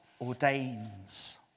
ordains